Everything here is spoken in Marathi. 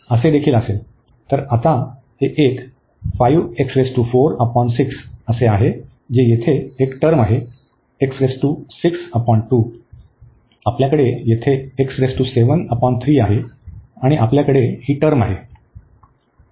तर आता हे एक आहे जे येथे एक टर्म आहे आपल्याकडे येथे आहे आपल्याकडे ही टर्म आहे